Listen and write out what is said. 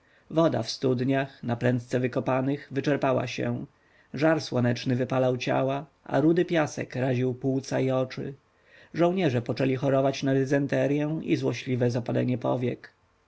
woda w studniach naprędce wykopanych wyczerpała się żar słoneczny wypalał ciała a rudy piasek raził płuca i oczy żołnierze poczęli chorować na dysenterję i złośliwe zapalenie powiek